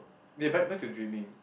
okay back back to dreaming